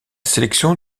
sélection